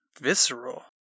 visceral